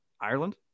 Ireland